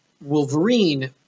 Wolverine